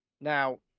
Now